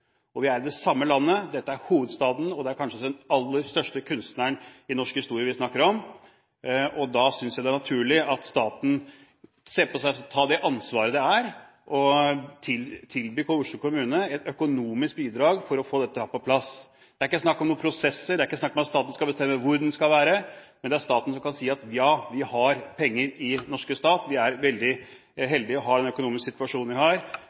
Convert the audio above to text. bok. Vi er i det samme landet. Dette er hovedstaden, og det er kanskje den aller største kunstneren i norsk historie vi snakker om. Da synes jeg det er naturlig at staten tar på seg det ansvaret å tilby Oslo kommune et økonomisk bidrag for å få dette på plass. Det er ikke snakk om prosesser eller at staten skal bestemme hvor det skal være, men at staten skal si: Ja, vi har penger i den norske stat. Vi er veldig heldige som har den økonomiske situasjonen vi har.